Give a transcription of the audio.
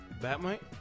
Batmite